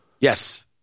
Yes